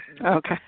Okay